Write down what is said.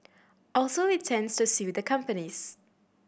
also intends to sue the companies